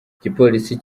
igipolisi